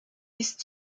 ist